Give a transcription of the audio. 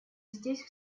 здесь